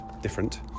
different